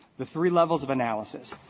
the three levels of analysis.